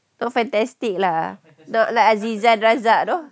not fantastic lah not like ah zizan razak though